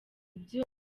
ibyo